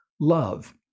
love